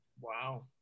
Wow